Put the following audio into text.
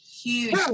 huge